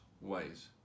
ways